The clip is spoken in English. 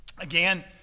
Again